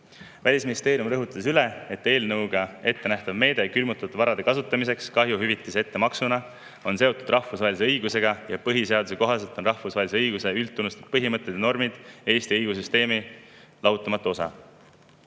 Välisministeerium rõhutas, et eelnõuga ettenähtav meede külmutatud varade kasutamiseks kahjuhüvitise ettemaksuna on seotud rahvusvahelise õigusega ja põhiseaduse kohaselt on rahvusvahelise õiguse üldtunnustatud põhimõtted ja normid Eesti õigussüsteemi lahutamatu osa.